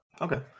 okay